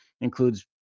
includes